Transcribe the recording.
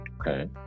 Okay